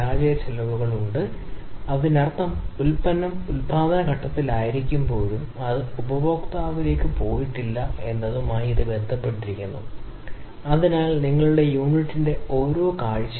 പാരാമീറ്ററുകൾ രൂപകൽപ്പന ചെയ്യുന്നതിനേക്കാൾ ഒരു പടി മുന്നിലാണ് ടോളറൻസ് ഡിസൈനിനെക്കുറിച്ച് നമ്മൾ സംസാരിക്കുന്നത് ഇത് സാധാരണയായി പാരാമീറ്ററുകൾ ഡിസൈൻ ഘട്ടത്തെ പിന്തുടരുന്നു